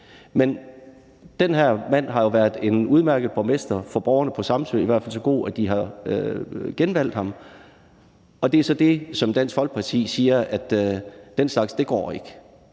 Men den her mand har jo været en udmærket borgmester for borgerne på Samsø, i hvert fald så god, at de har genvalgt ham, og det er så der, Dansk Folkeparti siger: Den slags går ikke,